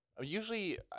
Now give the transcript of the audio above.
Usually